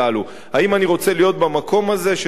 האם אני רוצה להיות במקום הזה כשנגיע לשם?